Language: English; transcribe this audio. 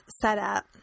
setup